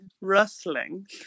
rustling